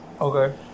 Okay